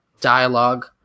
dialogue